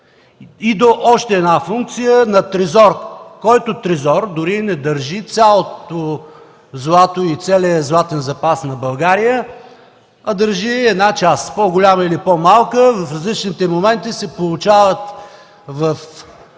и до още една функция – на трезор, който трезор дори не държи цялото злато и целия златен запас на България, а държи една част – по-голяма или по-малка. В различните моменти се получават в